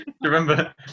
remember